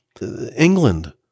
England